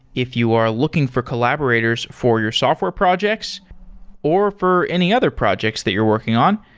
if you are looking for collaborators for your software projects or for any other projects that you're working on,